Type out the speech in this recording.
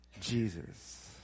Jesus